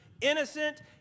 innocent